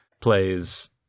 plays